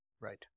right